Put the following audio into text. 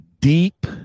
Deep